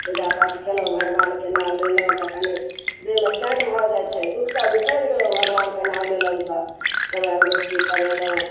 पूजापाठ केलहुॅ भगबानके नाम लेलहुॅं तखनी देहमे चैन भऽ जाइ छै दुख सभ बिसरि गेलहुॅं भगबानके नाम लेलहुॅं तऽ रामायण गोष्ठी करेलहुॅं